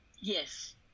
Yes